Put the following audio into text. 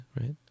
right